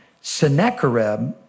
Sennacherib